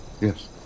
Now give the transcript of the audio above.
yes